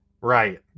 Right